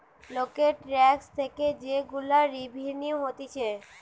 লোকের ট্যাক্স থেকে যে গুলা রেভিনিউ হতিছে